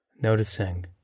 noticing